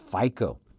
fico